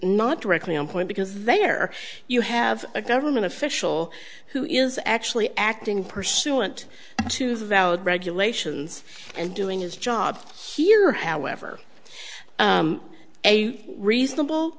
not directly on point because there you have a government official who is actually acting pursuant to valid regulations and doing his job here however a reasonable